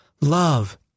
Love